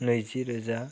नैजि रोजा